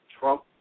trump